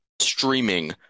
streaming